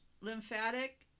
Lymphatic